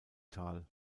tal